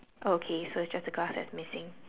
okay so just the glass that's missing